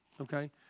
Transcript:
okay